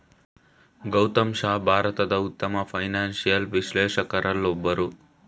ಗೌತಮ್ ಶಾ ಭಾರತದ ಉತ್ತಮ ಫೈನಾನ್ಸಿಯಲ್ ವಿಶ್ಲೇಷಕರಲ್ಲೊಬ್ಬರು